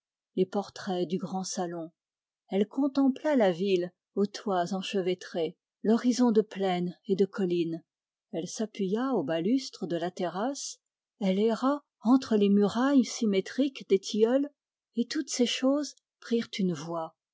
les portraits du grand salon elle contempla la ville aux toits enchevêtrés l'horizon de plaine et de collines elle s'appuya aux balustres de la terrasse elle erra entre les murailles symétriques des tilleuls et toutes ces choses prirent une voix